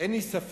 שאין לי ספק